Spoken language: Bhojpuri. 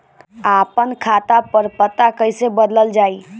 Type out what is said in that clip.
आपन खाता पर पता कईसे बदलल जाई?